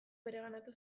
bereganatu